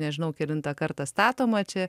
nežinau kelintą kartą statoma čia